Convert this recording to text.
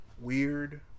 weird